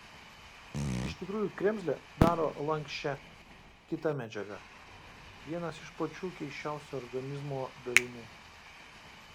iš tikrųjų kremzlę daro lanksčią kita medžiaga vienas iš pačių keisčiausių organizmo darinių